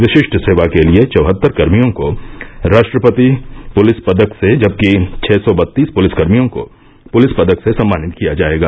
विशिष्ट सेवा के लिए चौहत्तर कर्मियों को राष्ट्रपति पुलिस पदक से जबकि छ सौ बत्तीस पुलिस कर्मियों को पुलिस पदक से सम्मानित किया जायेगा